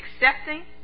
accepting